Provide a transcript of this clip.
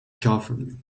government